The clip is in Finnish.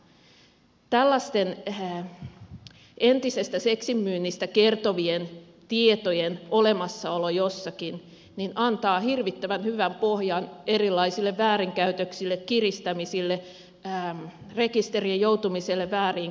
tällaisten entisestä seksin myynnistä kertovien tietojen olemassaolo jossakin antaa hirvittävän hyvän pohjan erilaisille väärinkäytöksille kiristämisille rekisterien joutumiselle vääriin käsiin ja niin poispäin